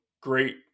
great